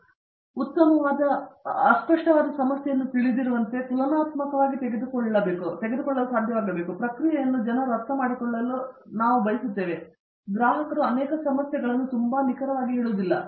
professor Srikanth Vedantam ಆದ್ದರಿಂದ ಅಸ್ಪಷ್ಟವಾದ ಸಮಸ್ಯೆಯನ್ನು ನೀವು ತಿಳಿದಿರುವಂತೆ ತುಲನಾತ್ಮಕವಾಗಿ ತೆಗೆದುಕೊಳ್ಳಲು ಸಾಧ್ಯವಾಗುವಂತಹ ಪ್ರಕ್ರಿಯೆಯನ್ನು ಜನರು ಅರ್ಥಮಾಡಿಕೊಳ್ಳಲು ನಾವು ಬಯಸುತ್ತೇವೆ ಏಕೆಂದರೆ ಗ್ರಾಹಕರು ಅನೇಕ ಸಮಸ್ಯೆಗಳನ್ನು ತುಂಬಾ ನಿಖರವಾಗಿ ಹೇಳುವುದಿಲ್ಲ